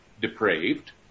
depraved